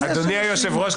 אדוני היושב-ראש,